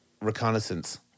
reconnaissance